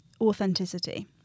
authenticity